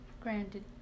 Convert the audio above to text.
Granted